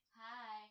hi